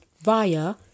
via